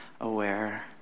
aware